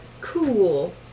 cool